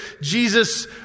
Jesus